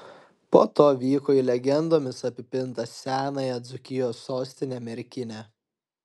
po to vyko į legendomis apipintą senąją dzūkijos sostinę merkinę